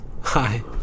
Hi